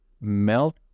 melt